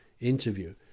interview